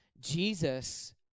Jesus